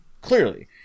clearly